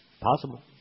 Possible